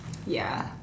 ya